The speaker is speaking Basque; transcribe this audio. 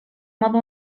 modu